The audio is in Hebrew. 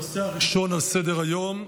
הנושא הראשון על סדר-היום,